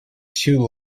too